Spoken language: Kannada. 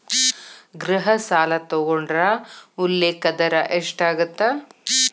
ಗೃಹ ಸಾಲ ತೊಗೊಂಡ್ರ ಉಲ್ಲೇಖ ದರ ಎಷ್ಟಾಗತ್ತ